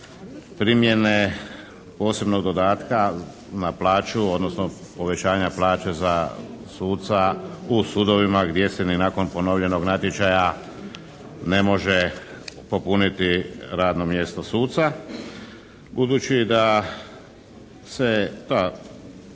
primjene posebnog dodatka na plaću, odnosno povećanja plaće za suca u sudovima gdje se ni nakon ponovljenog natječaja ne može popuniti radno mjesto suca. Budući da se ta